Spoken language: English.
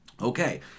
Okay